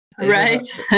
right